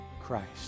Christ